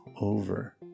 over